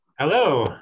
Hello